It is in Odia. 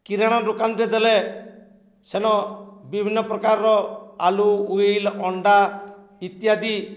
କିରାଣା ଦୋକାନରେ ଦେଲେ ସେନ ବିଭିନ୍ନ ପ୍ରକାରର ଆଲୁ ଉଇଲ୍ ଅଣ୍ଡା ଇତ୍ୟାଦି